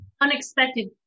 unexpected